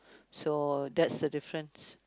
so that's the difference